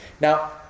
Now